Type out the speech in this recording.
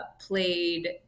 played